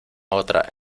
otra